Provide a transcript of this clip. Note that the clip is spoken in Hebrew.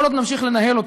כל עוד נמשיך לנהל אותו,